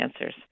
answers